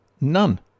none